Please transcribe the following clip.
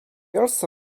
also